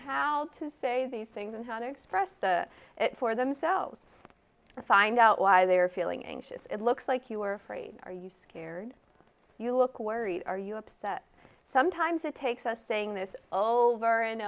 how to say these things and how to express the for themselves find out why they're feeling anxious it looks like you are afraid are you scared you look worried are you upset sometimes it takes us saying this all over an